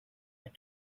had